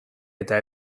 eta